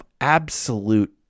absolute